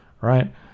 right